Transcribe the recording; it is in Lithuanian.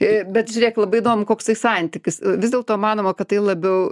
i bet žiūrėk labai įdomu koksai santykis vis dėlto manoma kad tai labiau